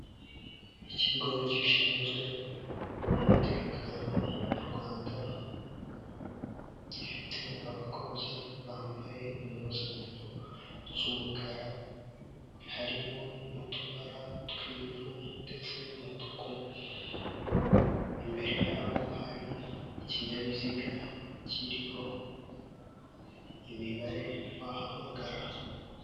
Ikigo gishinzwe umutekano mu Rwanda gifite abakozi bambaye impuzankano z'umukara harimo n'utubara tw'ivu ndetse n'umutuku, imbere yaho hari ikinyabiziga kiriho imibare wahamagara.